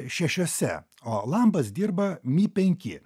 šešiose o lambas dirba mi penki